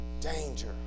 danger